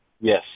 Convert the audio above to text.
Yes